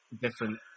different